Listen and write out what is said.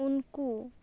ᱩᱱᱠᱩ